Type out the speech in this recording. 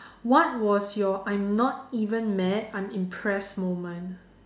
what was your I'm not even mad I'm impressed moment